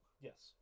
yes